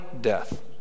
death